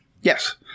yes